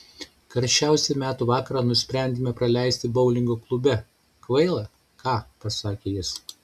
karščiausią metų vakarą nusprendėme praleisti boulingo klube kvaila ką pasakė jis